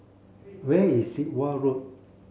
where is Sit Wah Road